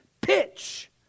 pitch